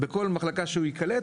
בכל מחלקה שהוא ייקלט,